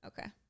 Okay